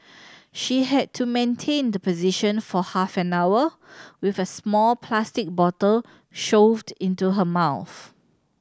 she had to maintain the position for half an hour with a small plastic bottle shoved into her mouth